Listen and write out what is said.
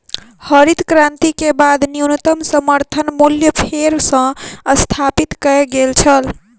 हरित क्रांति के बाद न्यूनतम समर्थन मूल्य फेर सॅ स्थापित कय गेल छल